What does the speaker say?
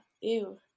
ew